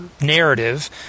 narrative